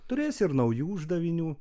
turės ir naujų uždavinių